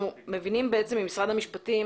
אנחנו מבינים שמשרד המשפטים